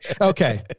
Okay